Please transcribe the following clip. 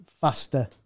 faster